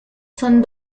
son